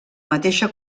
mateixa